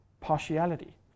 partiality